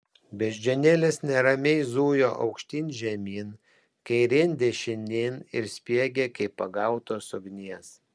beždžionėlės neramiai zujo aukštyn žemyn kairėn dešinėn ir spiegė kaip pagautos ugnies